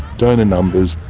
donor numbers,